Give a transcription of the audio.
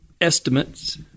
estimates